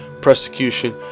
persecution